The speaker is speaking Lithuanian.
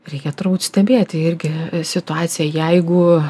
reikia turbūt stebėti irgi situaciją jeigu